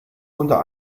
unter